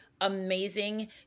amazing